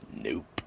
Nope